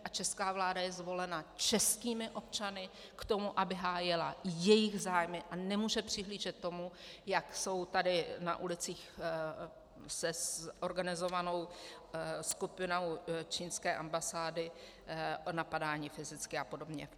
A česká vláda je zvolena českými občany k tomu, aby hájila jejich zájmy, a nemůže přihlížet tomu, jak jsou tady na ulicích organizovanou skupinou čínské ambasády napadáni fyzicky a podobně.